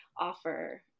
offer